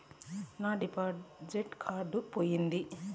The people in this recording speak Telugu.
నా డెబిట్ కార్డు పోయింది